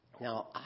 Now